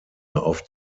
auf